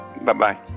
Bye-bye